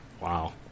Wow